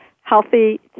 healthy